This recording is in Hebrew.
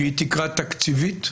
שהיא תקרה תקציבית?